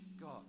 God